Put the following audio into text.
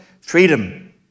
freedom